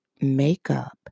makeup